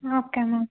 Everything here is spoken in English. okay ma'am